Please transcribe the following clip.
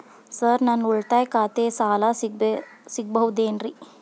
Sir ನನ್ನ ಉಳಿತಾಯ ಖಾತೆಯ ಸಾಲ ಸಿಗಬಹುದೇನ್ರಿ?